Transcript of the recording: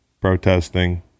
protesting